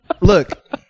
look